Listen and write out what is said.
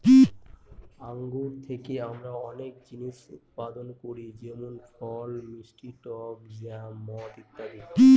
আঙ্গুর থেকে আমরা অনেক জিনিস উৎপাদন করি যেমন ফল, মিষ্টি টক জ্যাম, মদ ইত্যাদি